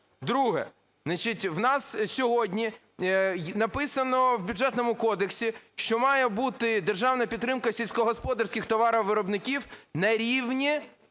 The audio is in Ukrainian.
Друге. У нас сьогодні написано в Бюджетному кодексі, що має бути державна підтримка сільськогосподарських товаровиробників на рівні